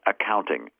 accounting